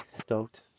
stoked